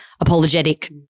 apologetic